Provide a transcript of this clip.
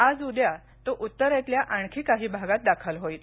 आज उद्या तो उत्तरेतल्या आणखी काही भागात दाखल होईल